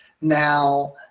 Now